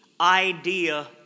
idea